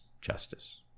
justice